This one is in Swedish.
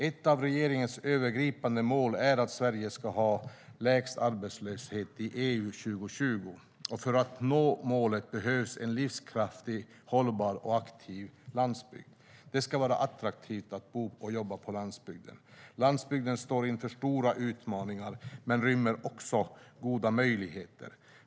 Ett av regeringens övergripande mål är att Sverige ska ha lägst arbetslöshet i EU 2020. För att nå målet behövs en livskraftig, hållbar och aktiv landsbygd. Det ska vara attraktivt att bo och jobba på landsbygden. Landsbygden står inför stora utmaningar men rymmer också goda möjligheter.